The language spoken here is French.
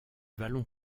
vallon